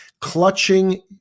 clutching